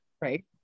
Right